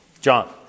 John